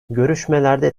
görüşmelerde